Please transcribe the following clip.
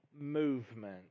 movement